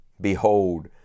Behold